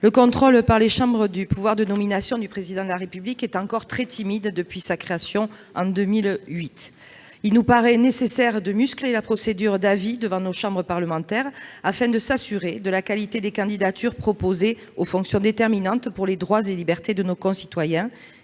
le contrôle par les chambres du pouvoir de nomination du Président de la République est encore très timide depuis sa création en 2008. Il nous paraît nécessaire de muscler la procédure d'avis devant nos chambres parlementaires, afin de s'assurer de la qualité des candidatures proposées aux fonctions déterminantes pour les droits et libertés de nos concitoyens